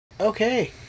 Okay